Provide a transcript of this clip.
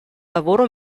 lavoro